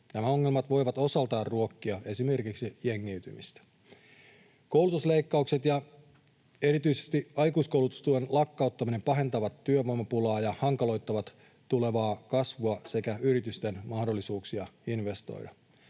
Nämä ongelmat voivat osaltaan ruokkia esimerkiksi jengiytymistä. Koulutusleikkaukset ja erityisesti aikuiskoulutustuen lakkauttaminen pahentavat työvoimapulaa ja hankaloittavat tulevaa kasvua sekä yritysten mahdollisuuksia investoida.